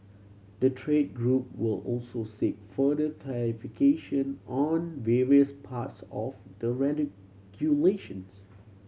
the trade group will also seek further clarification on various parts of the